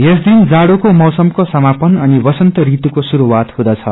यस दिन जाड़ोको मौसमको समापन अनि वसन्त ऋतुको श्रुस्तआत हुँदछ